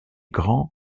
grand